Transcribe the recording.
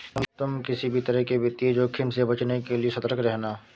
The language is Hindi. तुम किसी भी तरह के वित्तीय जोखिम से बचने के लिए सतर्क रहना